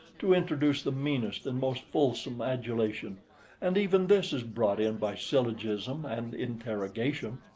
to introduce the meanest and most fulsome adulation and even this is brought in by syllogism and interrogation.